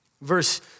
Verse